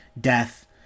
death